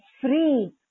free